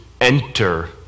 enter